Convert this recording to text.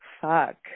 Fuck